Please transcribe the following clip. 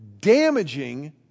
damaging